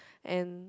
and